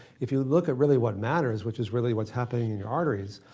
if you look at really what matters, which is really what's happening in the arteries.